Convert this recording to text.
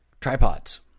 tripods